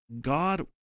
God